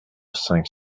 cinq